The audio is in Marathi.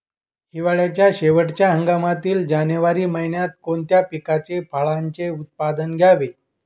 हिवाळ्याच्या शेवटच्या हंगामातील जानेवारी महिन्यात कोणत्या पिकाचे, फळांचे उत्पादन घ्यावे?